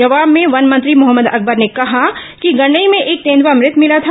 जवाब में वन मंत्री मोहम्मद अकंबर ने कहा कि गंडई में एक तेंदुआ मृत मिला था